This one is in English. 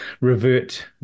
revert